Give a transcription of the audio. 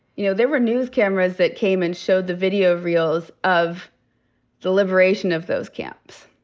you know, there were news cameras that came and showed the video reels of the liberation of those camps.